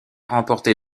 remporté